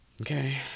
Okay